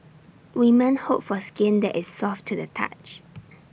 women hope for skin that is soft to the touch